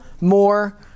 more